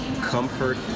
comfort